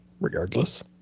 regardless